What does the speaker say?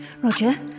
Roger